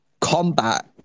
combat